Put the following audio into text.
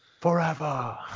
forever